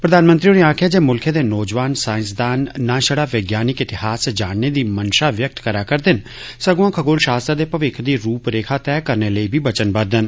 प्रधानमंत्री होरें आक्खेआ जे मुल्खै दे नौजोआन साईसदान न शड़ा वैज्ञानिक इतिहास जानने दी मंशा व्यक्त करा करदे न संगुआ खगोल शास्त्र दे मविक्ख दी रूपरेखा तय करने लेई बी वचनबद्ध न